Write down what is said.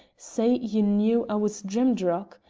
say you knew i was drimdarroch?